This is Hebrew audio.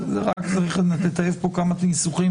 אבל זה רק צריך לטייב פה כמה ניסוחים.